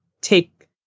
take